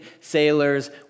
sailors